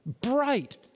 bright